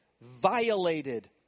violated